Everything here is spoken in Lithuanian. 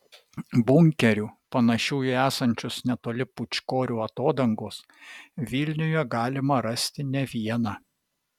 bunkerių panašių į esančius netoli pūčkorių atodangos vilniuje galima rasti ne vieną